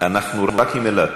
לא נגמור עם אילת?